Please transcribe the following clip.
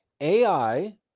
AI